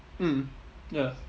mm ya